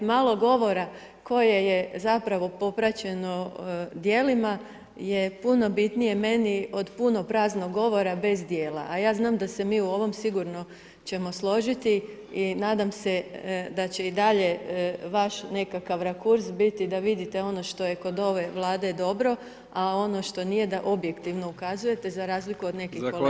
Malo govora koje je zapravo popraćeno djelima je puno bitnije meni od puno praznog govora bez dijela, a ja znam da se mi u ovome sigurno ćemo složiti i nadam se da će i dalje vaš nekakav rakurs biti da vidite ono što je kod ove Vlade dobro, a ono što nije da objektivno ukazujete za razliku od nekih kolega [[Upadica: Zahvaljujem…]] Hvala lijepa.